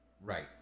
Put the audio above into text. right